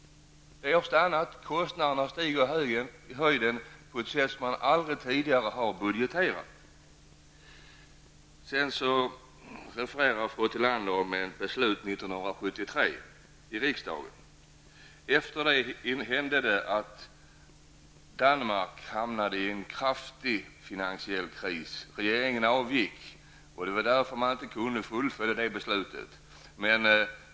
Det har stannat av, och kostnaderna har stigit i höjden på ett sätt som man aldrig tidigare har budgeterat. Fru Tillander refererar till ett beslut i riksdagen 1973. Efter det hamnade Danmark i en kraftig finansiell kris. Regeringen avgick, och därför kunde man inte fullfölja det beslutet.